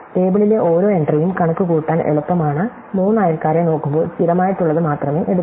ടേബിളിലെ ഓരോ എൻട്രിയും കണക്കുകൂട്ടാൻ എളുപ്പമാണ് മൂന്ന് അയൽക്കാരെ നോക്കുമ്പോൾ സ്ഥിരമായിട്ടുള്ളത് മാത്രമേ എടുക്കൂ